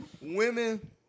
Women